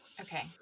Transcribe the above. Okay